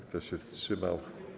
Kto się wstrzymał?